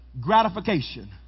gratification